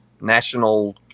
national